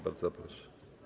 Bardzo proszę.